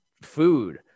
food